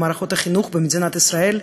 במערכת החינוך במדינת ישראל,